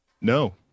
No